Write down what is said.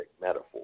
metaphor